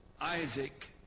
Isaac